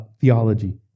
theology